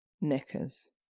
knickers